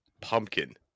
Pumpkin